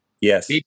Yes